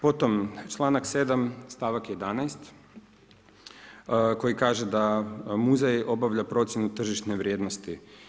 Potom, članak 7. stavak 11. koji kaže da muzej obavlja procjenu tržišne vrijednosti.